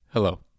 Hello